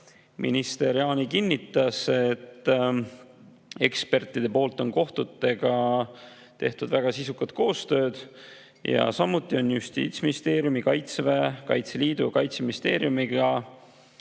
Minister Jaani kinnitas, et eksperdid on kohtutega teinud väga sisukat koostööd ja ka Justiitsministeeriumi, Kaitseväe, Kaitseliidu ja Kaitseministeeriumiga